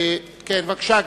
בבקשה.